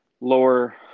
lower